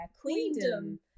queendom